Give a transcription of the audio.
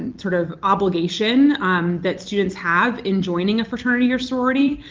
and sort of obligation that students have in joining a fraternity or sorority.